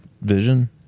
vision